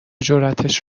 جراتش